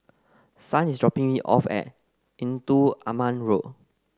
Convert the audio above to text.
son is dropping me off at Engdu Aman Road